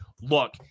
look